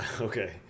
Okay